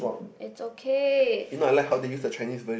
it's okay